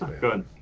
Good